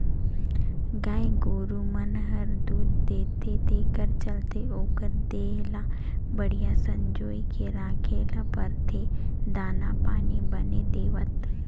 गाय गोरु मन हर दूद देथे तेखर चलते ओखर देह ल बड़िहा संजोए के राखे ल परथे दाना पानी बने देवत